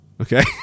Okay